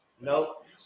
Nope